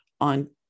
on